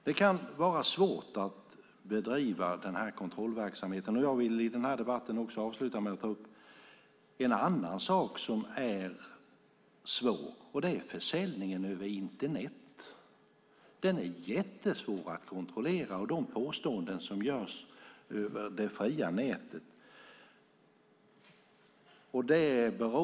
Det kan vara svårt att bedriva kontrollverksamheten, och jag vill avslutningsvis i denna debatt ta upp en annan sak som är svår, nämligen försäljningen över Internet. De påståenden som görs över det fria nätet är jättesvåra att kontrollera.